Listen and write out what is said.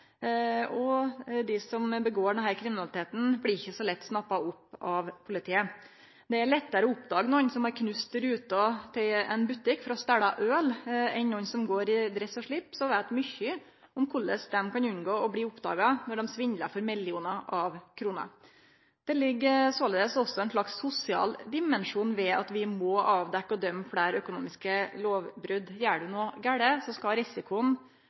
og dei som gjer denne kriminaliteten, blir ikkje så lett snappa opp av politiet. Det er lettare å oppdage nokon som har knust ruta til ein butikk for å stele øl, enn nokon som går i dress og slips og veit mykje om korleis dei kan unngå å bli oppdaga når dei svindlar for millionar av kroner. Det ligg såleis også ein slags sosial dimensjon i det at vi må avdekkje fleire økonomiske lovbrot og få fleire dømde. Gjer du noko gale, skal